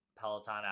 Peloton